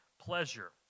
pleasure